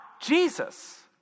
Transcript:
Jesus